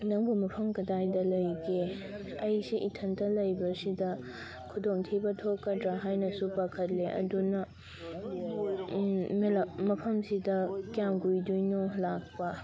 ꯅꯪꯕꯨ ꯃꯐꯝ ꯀꯗꯥꯏꯗ ꯂꯩꯒꯦ ꯑꯩꯁꯦ ꯏꯊꯟꯇ ꯂꯩꯕꯁꯤꯗ ꯈꯨꯗꯣꯡ ꯊꯤꯕ ꯊꯣꯛꯀꯗ꯭ꯔ ꯍꯥꯏꯅꯁꯨ ꯄꯥꯈꯠꯂꯦ ꯑꯗꯨꯅ ꯃꯐꯝꯁꯤꯗ ꯀꯌꯥꯝ ꯀꯨꯏꯗꯣꯏꯅꯣ ꯂꯥꯛꯄ